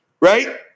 Right